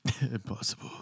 Impossible